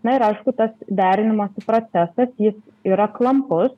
na ir aišku tas derinimo procesas ji yra klampus